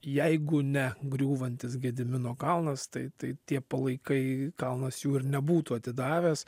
jeigu ne griūvantis gedimino kalnas tai tai tie palaikai kalnas jų ir nebūtų atidavęs